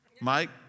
Mike